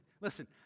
listen